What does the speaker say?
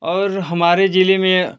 और हमारे ज़िले में